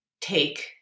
take